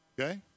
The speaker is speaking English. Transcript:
Okay